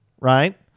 right